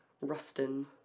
Rustin